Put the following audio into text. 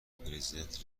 پرزیدنت